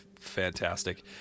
fantastic